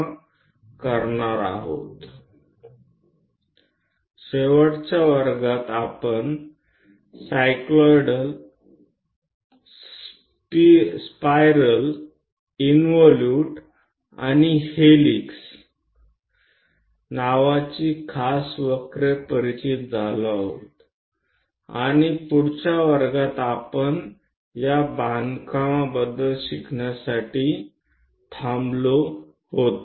છેલ્લા વર્ગમાં આપણે ખાસ વક્રો સાથે ઓળખાણ કરી જેવા કે સાયક્લોઈડ સ્પાઇરલ ઇન્વોલ્યુટ અને હેલીક્ષ અને આપણે આગળના વર્ગમાં તેની રચના વિશે શીખવા માટે રોકાયા હતા